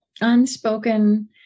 unspoken